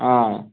آ